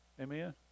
Amen